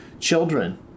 children